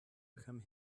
become